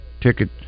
ticket